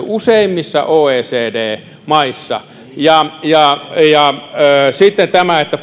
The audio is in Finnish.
useimmissa oecd maissa ja ja sitten tämä että